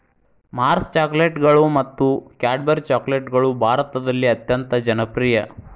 Mars ಚಾಕೊಲೇಟ್ಗಳು ಮತ್ತು Cadbury ಚಾಕೊಲೇಟ್ಗಳು ಭಾರತದಲ್ಲಿ ಅತ್ಯಂತ ಜನಪ್ರಿಯ